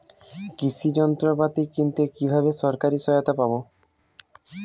কৃষি যন্ত্রপাতি কিনতে কিভাবে সরকারী সহায়তা পাব?